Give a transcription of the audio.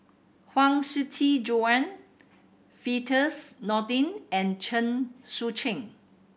Huang Shiqi Joan Firdaus Nordin and Chen Sucheng